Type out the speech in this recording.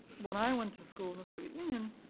when i went to school in the soviet union,